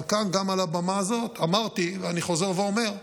אבל כאן, גם על הבמה הזאת, אמרתי ואני חוזר ואומר: